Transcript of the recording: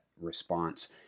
response